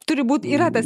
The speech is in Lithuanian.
turi būt yra tas